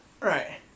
Right